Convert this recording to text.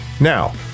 Now